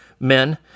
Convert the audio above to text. men